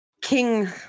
king